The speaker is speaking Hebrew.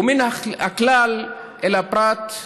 ומן הכלל אל הפרט,